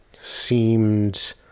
seemed